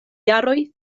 jaroj